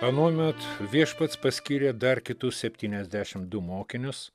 anuomet viešpats paskyrė dar kitus septyniasdešim du mokinius